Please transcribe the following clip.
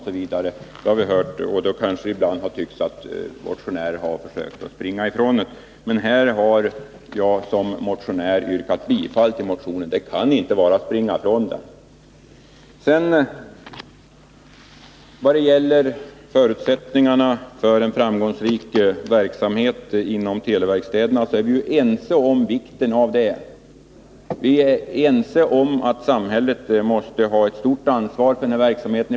Då har det kanske ibland förefallit som om motionären försökt att springa ifrån motionen. Men här har jag som motionär yrkat bifall till motionen. Det kan inte vara detsamma som att springa ifrån den, Bo Forslund. Beträffande förutsättningarna för en framgångsrik verksamhet i televerkstäderna vill jag säga att vi ju är ense om att samhället i fortsättningen måste ha ett stort ansvar för verksamheten.